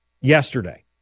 yesterday